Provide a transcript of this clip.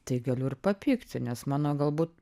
tai galiu ir papykti nes mano galbūt